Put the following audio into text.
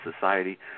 society